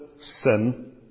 sin